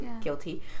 Guilty